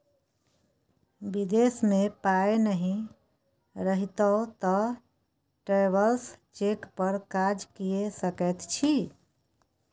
विदेश मे पाय नहि रहितौ तँ ट्रैवेलर्स चेक पर काज कए सकैत छी